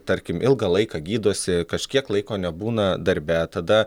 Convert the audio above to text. tarkim ilgą laiką gydosi kažkiek laiko nebūna darbe tada